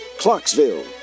Clarksville